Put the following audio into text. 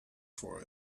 for